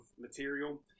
material